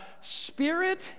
spirit